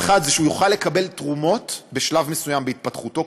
שהוא יוכל לקבל תרומות בשלב מסוים בהתפתחותו,